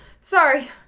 Sorry